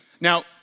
Now